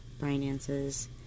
finances